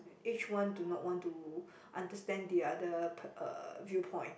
each one do not want to understand the other per~ uh viewpoint